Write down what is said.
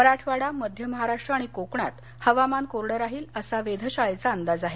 मराठवाडा मध्य महाराष्ट्र आणि कोकणात हवामान कोरडं राहील असा वेधशाळेचा अंदाज आहे